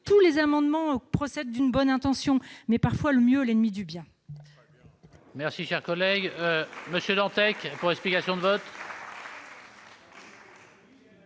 tous les amendements procèdent d'une bonne intention, mais parfois le mieux est l'ennemi du bien.